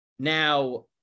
Now